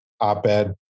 op-ed